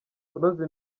kunoza